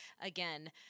Again